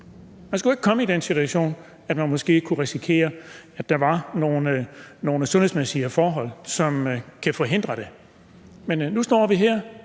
Man skulle ikke komme i den situation, at man måske kunne risikere, at der var nogle sundhedsmæssige forhold, som kunne forhindre det. Men nu står vi her,